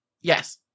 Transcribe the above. Yes